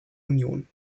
union